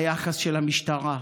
היחס של המשטרה.